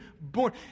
born